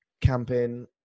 camping